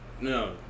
no